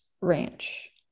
ranch